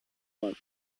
base